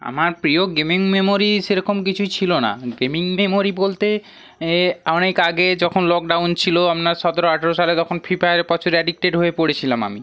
আমার প্রিয় gaming memory সেরকম কিছুই ছিলো না গেমিং মেমোরি বলতে এ অনেক আগে যখন লকডাউন ছিলো আমরা সতেরো আঠেরো সালে তখন ফি ফায়ারে প্রচুর অ্যাডিক্টেড হয়ে পড়েছিলাম আমি